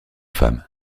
femme